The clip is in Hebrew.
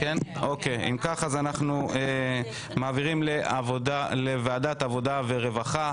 אנחנו מעבירים לוועדת העבודה והרווחה.